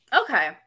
okay